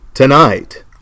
Tonight